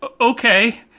Okay